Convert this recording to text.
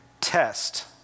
Test